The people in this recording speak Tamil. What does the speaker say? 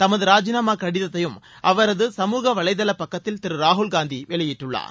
தமது ராஜினாமா கடிதத்தையும் அவரது சமூக வலைதளப் பக்கத்தில் திரு ராகுல்காந்தி வெளியிட்டுள்ளார்